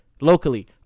locally